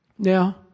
Now